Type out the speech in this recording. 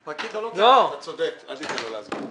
אתה צודק, אל תיתן לו להסביר.